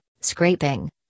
scraping